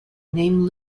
named